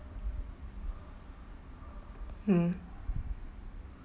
mm